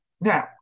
now